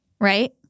right